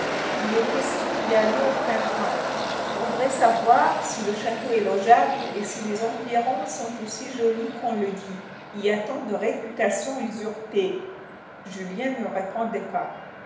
il est question d'y aller au printemps je voudrais savoir si le château est logeable et si les environs sont aussi jolis qu'on le dit il y a tant de réputations usurpées julien ne répondait pas